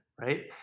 right